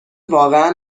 واقعا